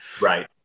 Right